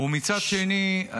ומצד שני,